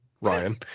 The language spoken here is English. Ryan